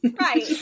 Right